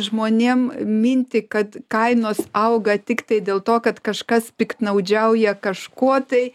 žmonėm mintį kad kainos auga tiktai dėl to kad kažkas piktnaudžiauja kažkuo tai